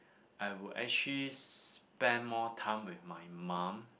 I would actually spend more time with my mum